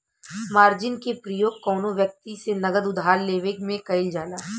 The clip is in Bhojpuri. मार्जिन के प्रयोग कौनो व्यक्ति से नगद उधार लेवे में कईल जाला